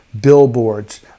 billboards